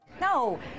No